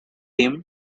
him